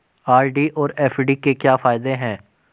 RD और FD के क्या फायदे हैं?